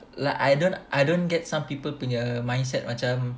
like I don't I don't get some people punya mindset macam